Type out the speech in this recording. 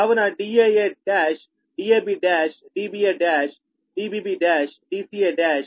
కావున Daa1 Dab1 Dba1 Dbb1 Dca1 Dcb1